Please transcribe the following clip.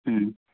ꯎꯝ